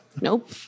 nope